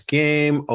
game